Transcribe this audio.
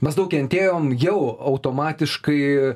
mes daug kentėjom jau automatiškai